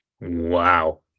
wow